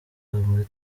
muri